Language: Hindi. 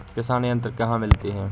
किसान यंत्र कहाँ मिलते हैं?